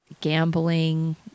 gambling